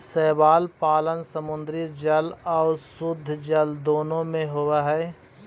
शैवाल पालन समुद्री जल आउ शुद्धजल दोनों में होब हई